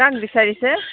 কাক বিচাৰিছে